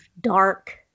dark